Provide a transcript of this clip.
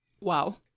Wow